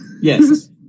Yes